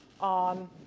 on